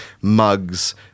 mugs